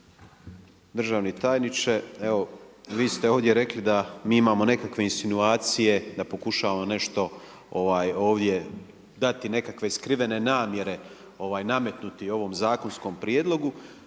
državni tajniče, evo vi ste ovdje rekli da mi imamo nekakve insinuacije, da pokušavamo nešto ovdje dati nekakve skrivene namjere, nametnuti ovom zakonskom prijedlogu,